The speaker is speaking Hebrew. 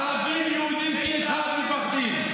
ערבים ויהודים כאחד מפחדים.